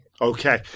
Okay